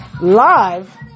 Live